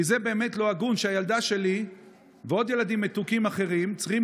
כי זה באמת לא הגון שהילדה שלי ועוד ילדים מתוקים אחרים צריכים